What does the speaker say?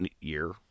year